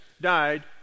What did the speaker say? died